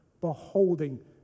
beholding